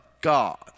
God